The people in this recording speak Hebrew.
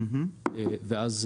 ואז,